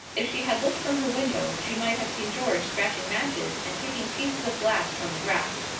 if she had looked from her window, she might have seen george scratching matches and picking pieces of glass from the grass.